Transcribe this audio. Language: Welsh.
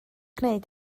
gwneud